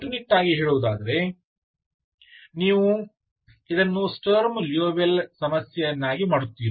ಕಟ್ಟುನಿಟ್ಟಾಗಿ ಹೇಳುವುದಾದರೆ ನೀವು ಇದನ್ನು ಸ್ಟರ್ಮ್ ಲಿಯೋವಿಲ್ಲೆ ಸಮಸ್ಯೆಯನ್ನಾಗಿ ಮಾಡುತ್ತೀರಿ